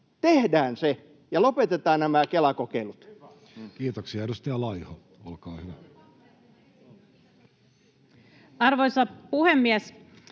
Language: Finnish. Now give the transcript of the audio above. Tehdään se ja lopetetaan nämä Kela-kokeilut. Kiitoksia. — Edustaja Laiho, olkaa hyvä. Arvoisa puhemies!